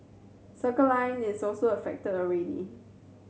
Circle Line is also affected already